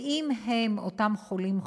ואם הם, אותם חולים כרוניים,